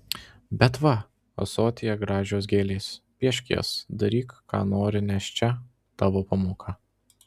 bet va ąsotyje gražios gėlės piešk jas daryk ką nori nes čia tavo pamoka